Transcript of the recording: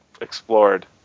explored